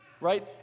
right